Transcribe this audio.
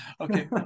okay